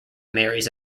marries